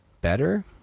better